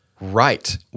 right